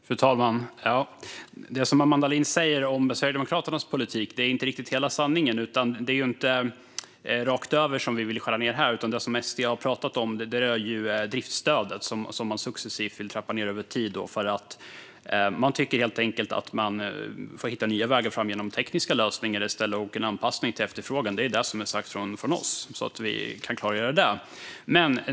Fru talman! Det som Amanda Lind säger om Sverigedemokraternas politik är inte riktigt hela sanningen. Vi vill ju inte skära ned rakt över här, utan det som SD har pratat om är ju driftsstödet som vi successivt vill trappa ned över tid. Vi tycker helt enkelt att man får hitta nya vägar framåt genom tekniska lösningar i stället och anpassa sig till efterfrågan. Det är det som är sagt från oss, så att det är klargjort.